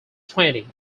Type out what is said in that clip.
twenty